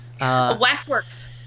Waxworks